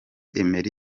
emery